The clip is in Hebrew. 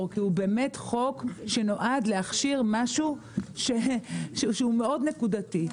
כי הוא באמת חוק שנועד להכשיר משהו שהוא מאוד נקודתי.